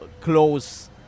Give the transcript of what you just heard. close